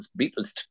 Beatles